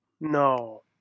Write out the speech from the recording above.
No